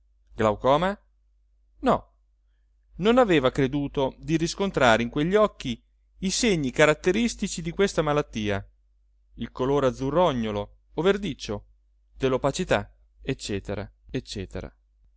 glaucoma no non aveva creduto di riscontrare in quegli occhi i segni caratteristici di questa malattia il colore azzurrognolo o verdiccio